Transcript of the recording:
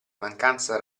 mancanza